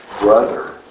brother